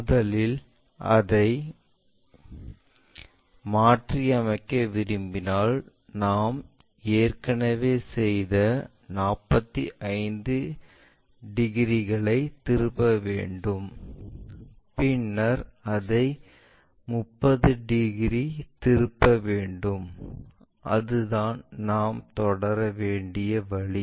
முதலில் அதை மாற்றியமைக்க விரும்பினால் நாம் ஏற்கனவே செய்த 45 டிகிரிகளை திருப்ப வேண்டும் பின்னர் அதை 30 டிகிரி திருப்ப வேண்டும் அதுதான் நாம் தொடர வேண்டிய வழி